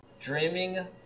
dreaming